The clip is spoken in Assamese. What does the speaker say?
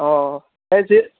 অঁ এই যে